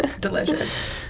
Delicious